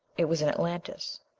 it was in atlantis.